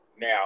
now